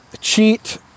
cheat